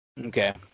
Okay